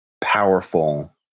powerful